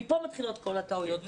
מפה מתחילות כל הטעויות,